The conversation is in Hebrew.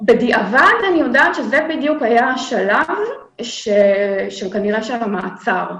בדיעבד אני יודעת שזה בדיוק היה השלב שהוא כנראה ישב במעצר,